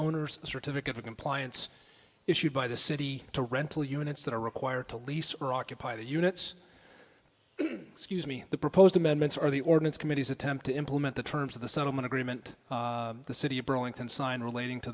owner's certificate of compliance issued by the city to rental units that are required to lease or occupy the units excuse me the proposed amendments or the ordinance committee's attempt to implement the terms of the settlement agreement the city of burlington signed relating to